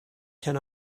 can